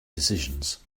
decisions